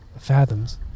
fathoms